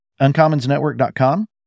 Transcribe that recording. Uncommonsnetwork.com